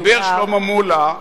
כשדיבר שלמה מולה,